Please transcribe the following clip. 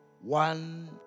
one